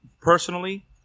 personally